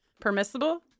Permissible